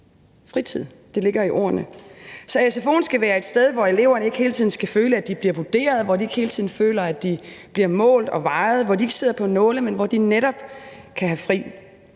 fritid – det ligger i ordene. Så sfo'en skal være et sted, hvor eleverne ikke hele tiden skal føle, at de bliver vurderet, hvor de ikke hele tiden føler, at de bliver målt og vejet, hvor de ikke sidder på nåle, men hvor de netop kan have fri.